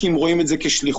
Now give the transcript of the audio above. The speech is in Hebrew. כי הם רואים בזה שליחות.